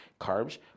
carbs